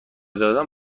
دادم